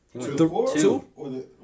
Two